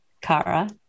Kara